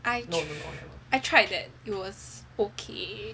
I tried that it was ok